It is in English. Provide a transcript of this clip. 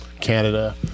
Canada